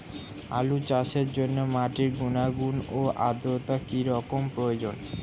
আলু চাষের জন্য মাটির গুণাগুণ ও আদ্রতা কী রকম প্রয়োজন?